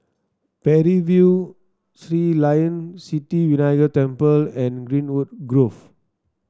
Parry View Sri Layan Sithi Vinayagar Temple and Greenwood Grove